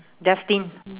destined